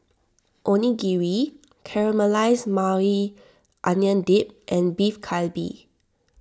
Onigiri Caramelized Maui Onion Dip and Beef Galbi